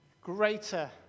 greater